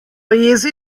jezi